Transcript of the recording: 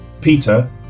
Peter